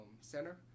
Center